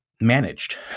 Managed